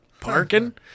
parking